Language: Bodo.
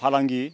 फालांगि